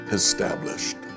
established